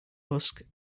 husk